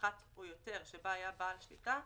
אחת או יותר שבה היה בעל שליטה,